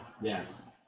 Yes